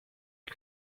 you